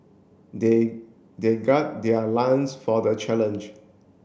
they they gird their lions for the challenge